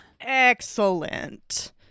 Excellent